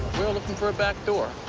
we're looking for a back door.